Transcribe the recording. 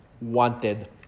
wanted